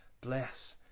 bless